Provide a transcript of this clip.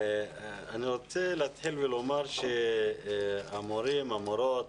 אני רוצה להתחיל ולומר שהמורים והמורות,